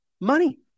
money